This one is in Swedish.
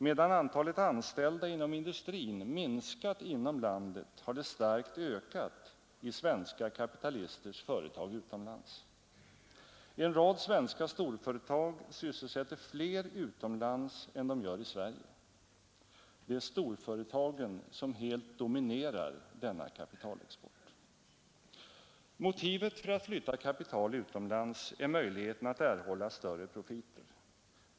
Medan antalet anställda inom industrin minskat inom landet har det starkt ökat i svenska kapitalisters företag utomlands. En rad svenska storföretag sysselsätter fler utomlands än de gör i Sverige. Det är storföretagen som helt dominerar denna kapitalexport. Motivet för att flytta kapital utomlands är möjligheten att erhålla större profiter.